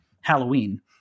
Halloween